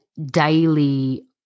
Daily